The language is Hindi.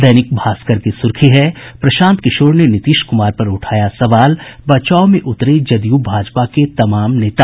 दैनिक भास्कर की सुर्खी है प्रशांत किशोर ने नीतीश कुमार पर उठाया सवाल बचाव में उतरे जदयू भाजपा के तमाम नेता